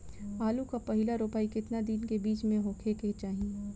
आलू क पहिला रोपाई केतना दिन के बिच में होखे के चाही?